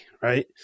right